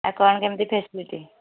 ଆଉ କ'ଣ କେମିତି ଫ୍ୟାସିଲିଟି